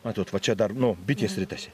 matot va čia dar nu bitės ritasi